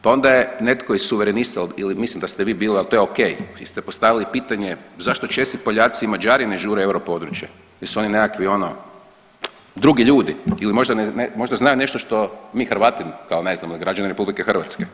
Pa onda je netko iz suverenista ili mislim da ste vi bila, ali to je ok, vi ste postavili pitanje zašto Česi, Poljaci i Mađari ne žure u europodručje, jesu oni nekakvi ono drugi ljudi ili možda ne, možda znaju nešto što mi Hrvati kao ne znamo i građani RH.